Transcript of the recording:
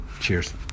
Cheers